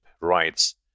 rights